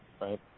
right